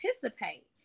participate